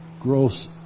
gross